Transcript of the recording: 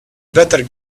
better